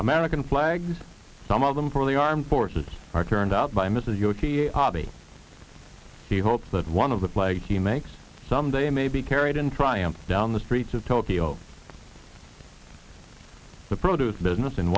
american flags some of them for the armed forces are turned out by mrs yochi a hobby he hopes that one of the flag he makes someday may be carried in triumph down the streets of tokyo to produce business